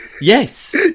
yes